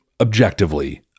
objectively